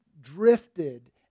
drifted